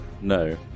No